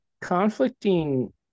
conflicting